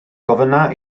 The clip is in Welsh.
gofynna